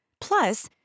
Plus